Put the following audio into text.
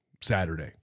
Saturday